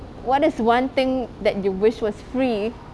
what is one thing that you wish was free